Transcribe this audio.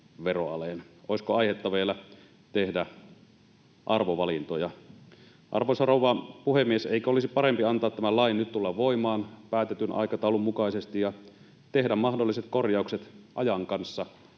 Olisiko aihetta vielä tehdä arvovalintoja? Arvoisa rouva puhemies! Eikö olisi parempi antaa tämän lain nyt tulla voimaan päätetyn aikataulun mukaisesti ja tehdä mahdolliset korjaukset ajan kanssa